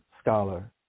scholar